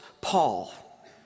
Paul